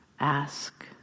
ask